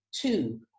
two